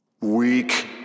Weak